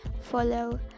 follow